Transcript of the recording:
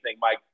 mike